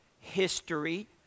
history